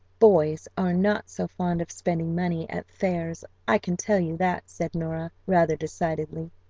boys are not so fond of spending money at fairs, i can tell you that, said nora, rather decidedly,